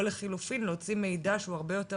או לחילופין להוציא מידע שהוא הרבה יותר